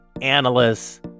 analysts